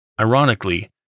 Ironically